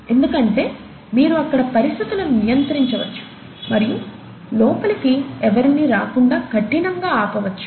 ఎందుకంటే మీరు అక్కడ పరిస్థితులను నియంత్రించవచ్చు మరియు లోపలికి ఎవరిని రాకుండా కఠినంగా ఆపవచ్చు